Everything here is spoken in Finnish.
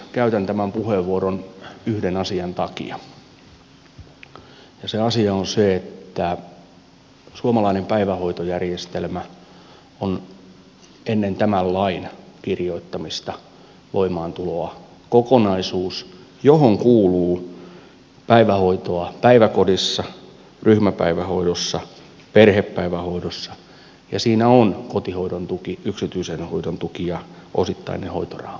käytän tämän puheenvuoron yhden asian takia ja se asia on se että suomalainen päivähoitojärjestelmä on ennen tämän lain kirjoittamista voimaantuloa kokonaisuus johon kuuluu päivähoitoa päiväkodissa ryhmäpäivähoidossa perhepäivähoidossa ja siinä on kotihoidon tuki yksityisen hoidon tuki ja osittainen hoitoraha mukana